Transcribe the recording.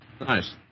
Nice